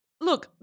Look